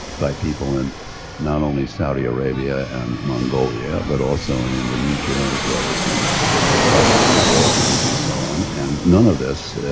by people in not only saudi arabia and mongolia, but also in indonesia as well as in russia and the balkans and so on and none of this